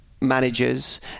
managers